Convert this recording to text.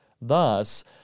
Thus